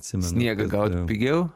sniegą gaut pigiau